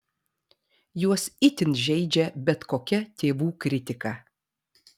juos itin žeidžia bet kokia tėvų kritika